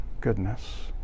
goodness